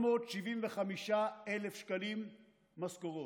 875,000 שקלים משכורות.